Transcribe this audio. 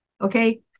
okay